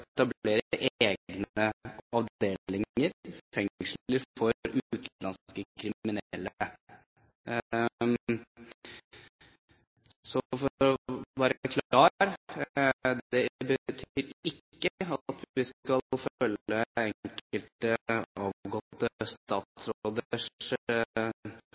etablere egne avdelinger, fengsler, for utenlandske kriminelle. Så for å være klar: Det betyr ikke at vi skal følge enkelte